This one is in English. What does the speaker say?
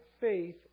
faith